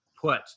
put